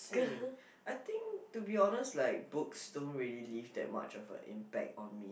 same I think to be honest like books don't really leave that much of a impact on me